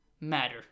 matter